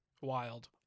wild